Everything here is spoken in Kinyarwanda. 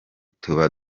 tuba